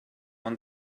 once